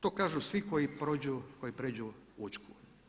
To kažu svi koji prijeđu Učku.